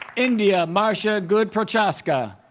india marcia good-prochaska